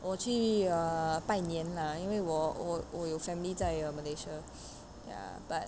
我去 err 拜年啦因为我我我有 family 在 malaysia ya but